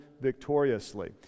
victoriously